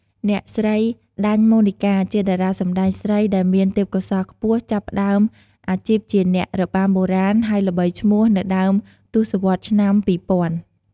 អ្នកស្រី ដាញ់ ម៉ូនីកាជាតារាសម្តែងស្រីដែលមានទេពកោសល្យខ្ពស់ ចាប់ផ្តើមអាជីពជាអ្នករបាំបុរាណ ហើយល្បីឈ្មោះនៅដើមទសវត្សរ៍ឆ្នាំ ២០០០។